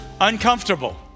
uncomfortable